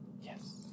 Yes